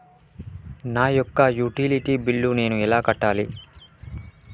నా యొక్క utility bill నేను ఎలా కట్టాలి?